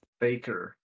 Baker